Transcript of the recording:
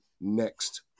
next